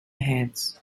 heads